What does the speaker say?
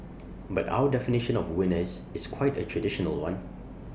but our definition of winners is quite A traditional one